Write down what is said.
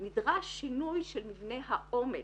נדרש שינוי של מבנה העומק.